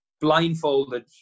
blindfolded